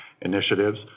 initiatives